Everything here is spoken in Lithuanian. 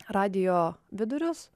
radijo vidurius